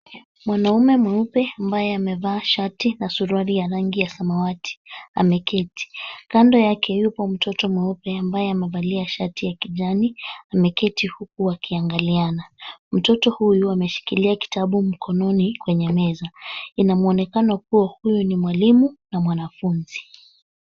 Mwanaume mweupe ambaye amevaa shati na suruali ya rangi ya samawati ameketi. Kando yake yupo mtoto mweupe ambaye amevalia shati ya kijani, ameketi huku wakiangaliana. Mtoto huyu ameshikilia kitabu mkononi kwenye meza. Inamwonekano kuwa huyu ni mwalimu na mwanafunzi.